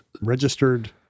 registered